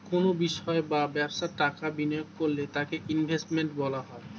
কোনো বিষয় বা ব্যবসায় টাকা বিনিয়োগ করলে তাকে ইনভেস্টমেন্ট বলা হয়